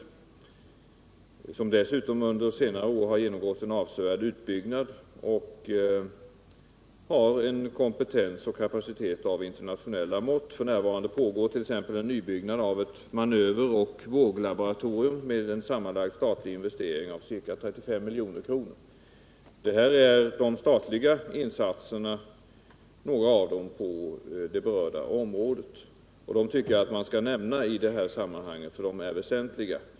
Det har dessutom under senare år genomgått en avsevärd utbyggnad och har en kompetens och kapacitet av internationella mått. F. n. pågår t.ex. en nybyggnation av ett manöver och våglaboratorium med hjälp av en sammanlagd statlig investering av ca 35 milj.kr. Detta är alltså några av de statliga insatserna på det berörda området. Jag tycker att man skall nämna dem i detta sammanhang, eftersom de är väsentliga.